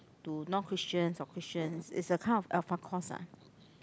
to non Christians or Christians its a kind of alpha course lah